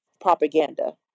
propaganda